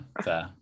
fair